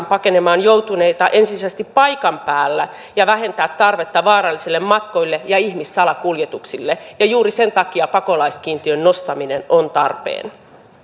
pakenemaan joutuneita ensisijaisesti paikan päällä ja vähentää tarvetta vaarallisille matkoille ja ihmissalakuljetuksille ja juuri sen takia pakolaiskiintiön nostaminen on tarpeen